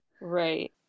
Right